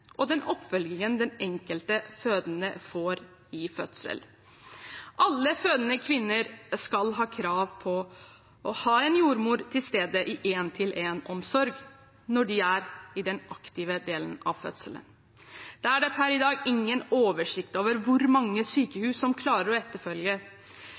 og den oppfølgingen den enkelte fødende får under fødselen. Alle fødende kvinner har krav på å ha en jordmor til stede i én-til-én-omsorg når de er i den aktive delen av fødselen. Det er det per i dag ingen oversikt over hvor mange